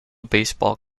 baseball